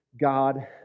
God